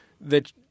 that-